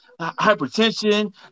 Hypertension